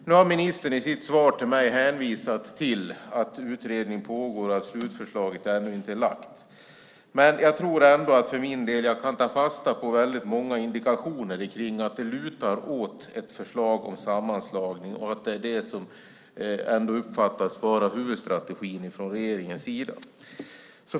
Nu har ministern i sitt svar till mig hänvisat till att utredning pågår och att slutförslaget ännu inte är framlagt. Men jag tror ändå att jag för min del kan ta fasta på väldigt många indikationer om att det lutar åt ett förslag om sammanslagning och att det är det som ändå uppfattas vara huvudstrategin från regeringens sida.